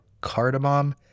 cardamom